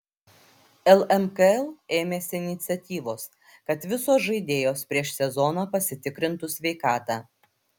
lmkl ėmėsi iniciatyvos kad visos žaidėjos prieš sezoną pasitikrintų sveikatą